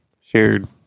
shared